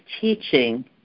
teaching